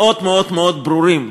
מאוד מאוד מאוד ברורים,